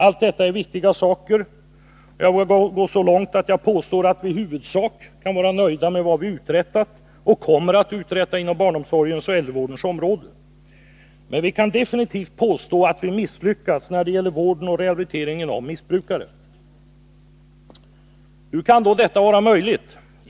Allt detta är viktiga saker, och jag vågar gå så långt att jag påstår att vi i huvudsak kan vara nöjda med vad vi har uträttat och kommer att uträtta inom barnomsorgens och äldrevårdens område. Men vi kan definitivt påstå att vi har misslyckats när det gäller vården och rehabiliteringen av missbrukare. Hur kan då detta vara möjligt?